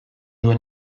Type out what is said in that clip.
duen